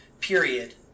period